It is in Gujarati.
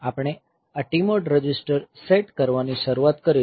આપણે આ TMOD રજિસ્ટર સેટ કરવાની શરૂઆત કરીશું